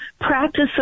Practice